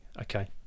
Okay